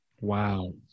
Wow